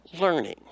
learning